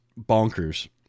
bonkers